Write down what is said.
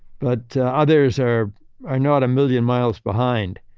but others are are not a million miles behind.